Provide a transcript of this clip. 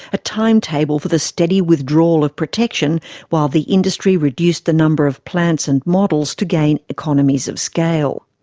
a timetable for the steady withdrawal of protection while the industry reduced the number of plants and models to gain economies of scale.